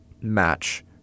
match